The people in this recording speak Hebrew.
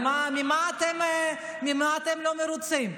ממה אתם לא מרוצים?